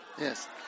Yes